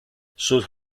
sus